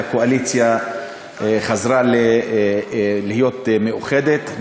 והקואליציה חזרה להיות מאוחדת,